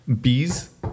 bees